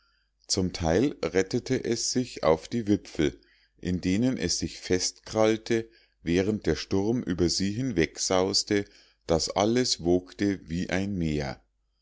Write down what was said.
zum teil rettete es sich auf die wipfel in denen es sich festkrallte während der sturm über sie wegsauste daß alles wogte wie ein meer